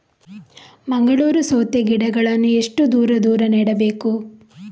ಮಂಗಳೂರು ಸೌತೆ ಗಿಡಗಳನ್ನು ಎಷ್ಟು ದೂರ ದೂರ ನೆಡಬೇಕು?